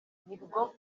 nibwo